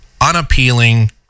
unappealing